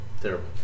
terrible